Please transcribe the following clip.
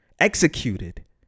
executed